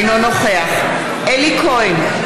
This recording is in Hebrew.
אינו נוכח אלי כהן,